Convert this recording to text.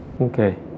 Okay